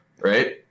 right